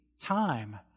time